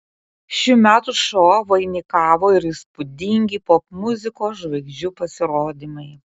šių metų šou vainikavo ir įspūdingi popmuzikos žvaigždžių pasirodymai